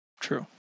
true